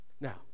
Now